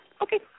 Okay